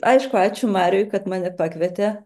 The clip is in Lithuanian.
aišku ačiū mariui kad mane pakvietė